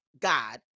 God